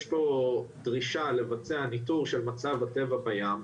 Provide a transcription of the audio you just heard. יש פה דרישה לבצע ניתור של מצב הטבע בים,